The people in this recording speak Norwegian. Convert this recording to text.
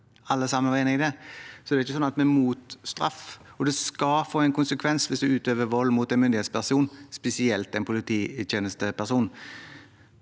Alle sammen var enige om det. Vi er ikke mot straff, og det skal få en konsekvens hvis man utøver vold mot en myndighetsperson, spesielt en polititjenesteperson.